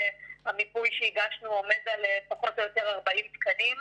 המיפוי שהגשנו עומד על פחות או יותר 40 תקנים.